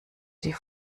die